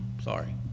Sorry